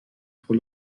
pour